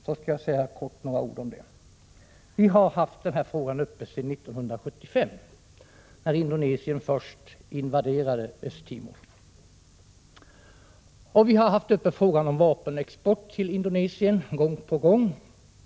Den frågan har varit föremål för debatt sedan 1975, när Indonesien först invaderade Östtimor. Vi har gång på gång aktualiserat frågan.